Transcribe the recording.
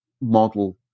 model